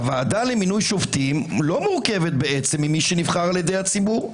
הוועדה למינוי שופטים לא מורכבת ממי שנבחר על ידי הציבור,